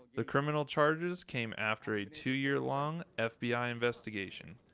the criminal charges came after a two-year long f b i investigation.